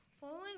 Following